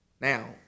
Now